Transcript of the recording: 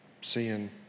seeing